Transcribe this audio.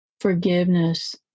forgiveness